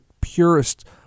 purest